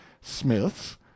smiths